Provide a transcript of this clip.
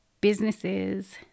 businesses